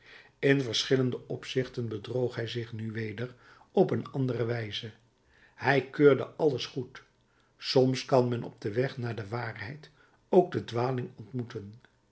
in verschillende opzichten bedroog hij zich nu weder op een andere wijze hij keurde alles goed soms kan men op weg naar de waarheid ook de dwaling ontmoeten